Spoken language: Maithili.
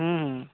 हूँ